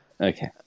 Okay